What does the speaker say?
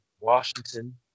Washington